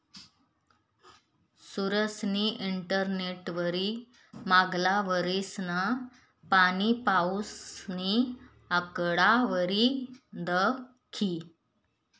सुरेशनी इंटरनेटवरी मांगला वरीसना पाणीपाऊसनी आकडावारी दखी